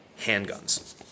handguns